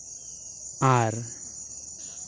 ᱟᱨ